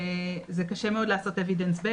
זה קשה מאוד לעשות evidence based